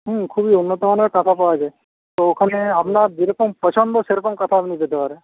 হুম খুবই উন্নতমানের কাঁথা পাওয়া যায় তো ওখানে আপনার যেরকম পছন্দ সেরকম কাঁথা আপনি পেতে পারেন